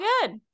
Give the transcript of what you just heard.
good